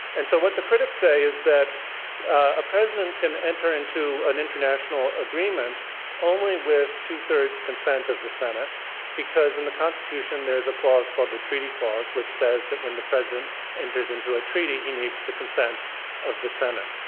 and so what the critics say is that a president can enter into an international agreement only with two thirds consent of the se nate because, in the constitution, there is a clause called the treaty clause, which says that when the president enters into a treaty he needs the consent of the senate.